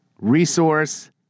resource